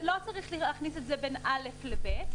ובסוף לא צריך להכניס את זה בין א' ל-ב',